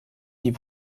die